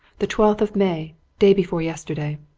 the twelfth of may day before yesterday.